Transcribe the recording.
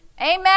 Amen